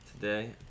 Today